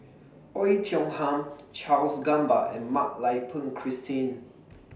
Oei Tiong Ham Charles Gamba and Mak Lai Peng Christine